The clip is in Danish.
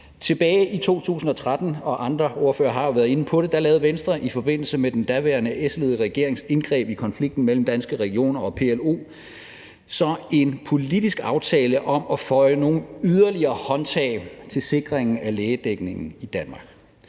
Tilbage i 2013 – og andre ordførere har jo været inde på det – lavede Venstre i forbindelse med den daværende S-ledede regerings indgreb i konflikten mellem Danske Regioner og PLO så en politisk aftale om at føje nogle yderligere håndtag til sikringen af lægedækningen i Danmark.